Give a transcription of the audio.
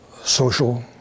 social